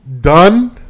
done